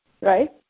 right